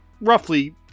roughly